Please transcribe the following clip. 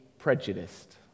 prejudiced